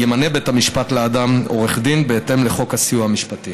ימנה בית המשפט לאדם עורך דין בהתאם לחוק הסיוע המשפטי.